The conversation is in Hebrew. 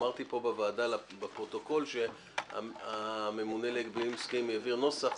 אמרתי פה בוועדה לפרוטוקול שהממונה להגבלים עסקיים העביר נוסח,